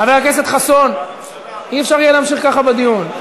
חבר הכנסת חסון, לא יהיה אפשר להמשיך ככה בדיון.